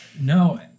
No